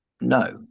no